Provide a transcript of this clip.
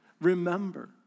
Remember